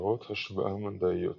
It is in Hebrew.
קערות השבעה מנדעיות